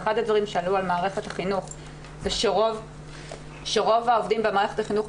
ואחד הדברים שעלו על מערכת החינוך זה שרוב העובדים במערכת החינוך,